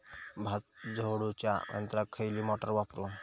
भात झोडूच्या यंत्राक खयली मोटार वापरू?